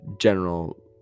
general